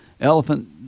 elephant